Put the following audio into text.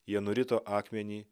jie nurito akmenį